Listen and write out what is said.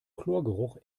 chlorgeruch